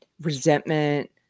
resentment